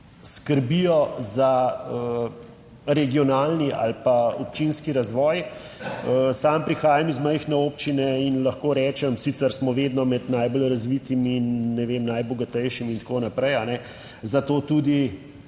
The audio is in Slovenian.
skrbijo za regionalni ali pa občinski razvoj. Sam prihajam iz majhne občine in lahko rečem, sicer smo vedno med najbolj razvitimi in, ne vem, najbogatejšimi in tako naprej, za to tudi